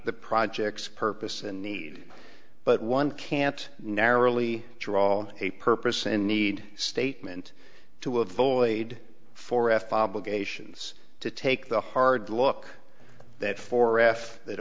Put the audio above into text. the project's purpose and need but one can't narrowly draw a purpose and need statement to avoid for f obligations to take the hard look that for f that